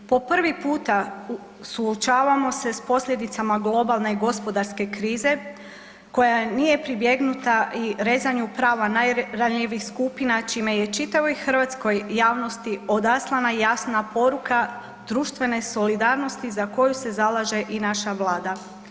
Po prvi puta suočavamo se sa posljedicama globalne gospodarske krize koja nije pribjegnuta rezanju prava najranjivijih skupina čime je čitavoj hrvatskoj javnosti odaslana jasna poruka društvene solidarnosti za koju se zalaže i naša Vlada.